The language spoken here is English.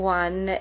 one